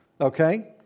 Okay